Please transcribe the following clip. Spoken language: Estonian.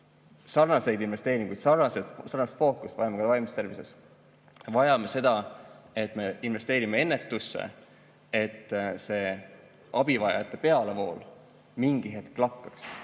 peale. Sarnaseid investeeringuid, sarnast fookust vajame ka vaimses tervises. Vajame seda, et me investeerime ennetusse, et see abivajajate pealevool mingi hetk lakkaks.